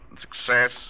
success